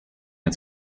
its